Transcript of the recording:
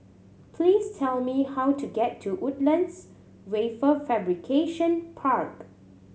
please tell me how to get to Woodlands Wafer Fabrication Park